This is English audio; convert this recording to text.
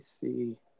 see